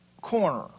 corner